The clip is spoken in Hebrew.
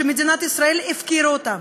שמדינת ישראל הפקירה אותם.